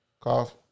cough